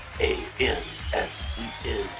a-n-s-e-n